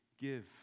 give